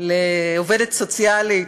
לעובדת סוציאלית.